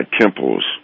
temples